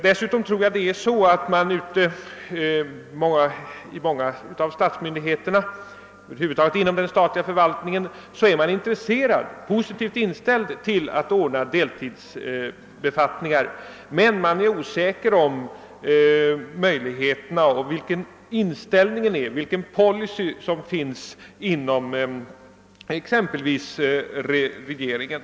Jag tror att man inom den statliga förvaltningen över huvud taget ställer sig positiv till att ordna deltidsbefattningar, men man är osäker om möjligheterna och om vilken »policy» som finns inom exempelvis regeringen.